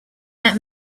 that